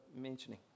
mentioning